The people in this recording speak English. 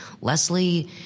Leslie